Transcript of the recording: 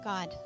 God